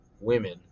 women